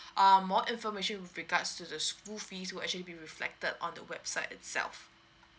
um more information with regards to the school fees will actually be reflected on the website itself